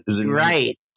Right